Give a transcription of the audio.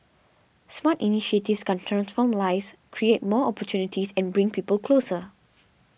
smart initiatives can transform lives create more opportunities and bring people closer